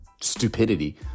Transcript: stupidity